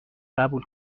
قبول